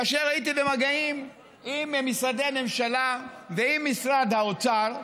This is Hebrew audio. כאשר הייתי במגעים עם משרדי הממשלה ועם משרד האוצר,